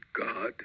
God